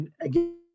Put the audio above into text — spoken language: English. Again